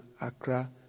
Accra